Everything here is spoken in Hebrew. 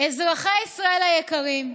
אזרחי ישראל היקרים,